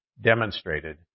demonstrated